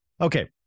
Okay